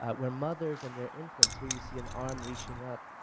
ah where mothers and their infants, here you see an arm reaching up,